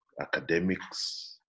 academics